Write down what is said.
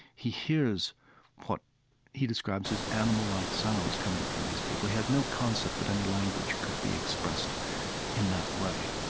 he hears what he describes as animal-like sounds coming from these people. he had no concept that any language could be expressed in that way.